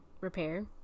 repair